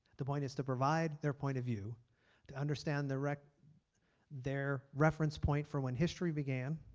the point is to provide their point of view to understand their reference their reference point for when history began